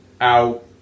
out